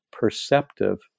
perceptive